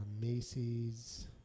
Macy's